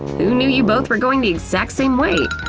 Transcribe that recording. who knew you both were going the exact same way?